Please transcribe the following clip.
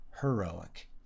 heroic